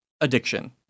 addiction